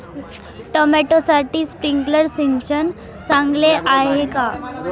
टोमॅटोसाठी स्प्रिंकलर सिंचन चांगले आहे का?